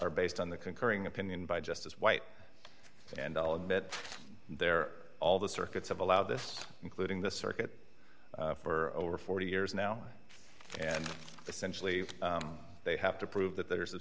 or based on the concurring opinion by justice white and i'll admit there all the circuits have allowed this including the circuit for over forty years now and essentially they have to prove that there's